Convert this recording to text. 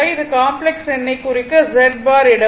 இது காம்ப்ளக்ஸ் எண்ணைக் குறிக்க Z பார் இடவும்